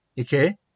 okay